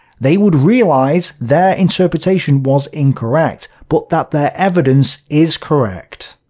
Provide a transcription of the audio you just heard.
they would realize their interpretation was incorrect, but that their evidence is correct.